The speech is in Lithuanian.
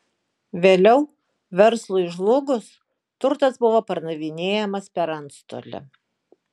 vėliau verslui žlugus turtas buvo pardavinėjamas per antstolį